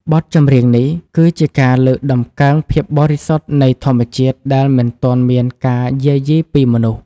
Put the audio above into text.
បទចម្រៀងនេះគឺជាការលើកតម្កើងភាពបរិសុទ្ធនៃធម្មជាតិដែលមិនទាន់មានការយាយីពីមនុស្ស។